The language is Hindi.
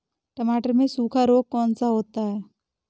टमाटर में सूखा रोग कौन सा होता है?